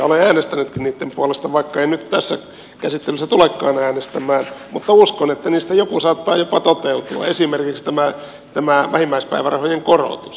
olen äänestänytkin niitten puolesta vaikka en nyt tässä käsittelyssä tulekaan äänestämään mutta uskon että niistä joku saattaa jopa toteutua esimerkiksi tämä vähimmäispäivärahojen korotus